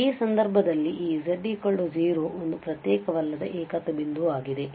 ಆದ್ದರಿಂದ ಈ ಸಂದರ್ಭದಲ್ಲಿ ಈ z 0 ಒಂದು ಪ್ರತ್ಯೇಕವಲ್ಲದ ಏಕತ್ವ ಬಿಂದುವಾಗಿದೆ